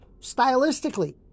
stylistically